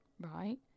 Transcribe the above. right